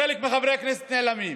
חלק מחברי הכנסת נעלמים.